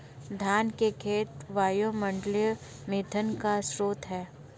धान के खेत वायुमंडलीय मीथेन का स्रोत हैं